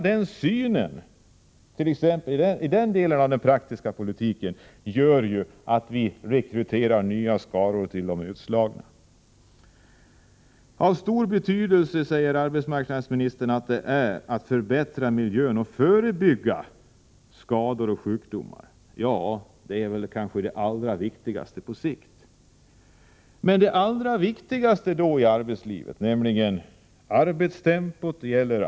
Den syn man har på den delen av arbetslivet i den praktiska politiken gör ju att vi rekryterar nya skaror till de utslagna. Arbetsmarknadsministern säger att det är av stor betydelse att förbättra miljön och förebygga skador och sjukdomar. Ja, det är väl kanske det allra viktigaste på sikt. Men det allra viktigaste i arbetslivet just nu gäller arbetstempot.